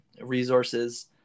resources